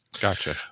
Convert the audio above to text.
Gotcha